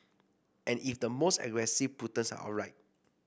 and if the most aggressive punters are right